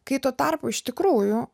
kai tuo tarpu iš tikrųjų